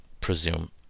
presume